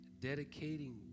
dedicating